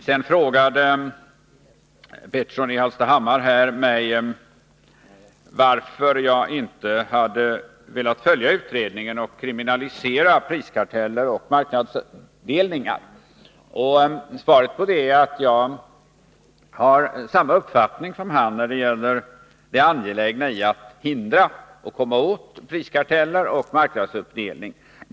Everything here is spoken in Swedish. Vidare frågade Hans Petersson i Hallstahammar varför jag inte velat följa utredningen och kriminalisera priskarteller och marknadsuppdelningar. Svaret är att jag har samma uppfattning som han när det gäller det angelägna i att hindra och att komma åt priskarteller och marknadsuppdelning.